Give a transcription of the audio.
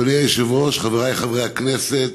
אדוני היושב-ראש, חבריי חברי הכנסת,